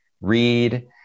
read